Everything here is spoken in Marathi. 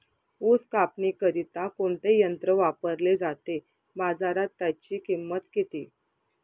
ऊस कापणीकरिता कोणते यंत्र वापरले जाते? बाजारात त्याची किंमत किती?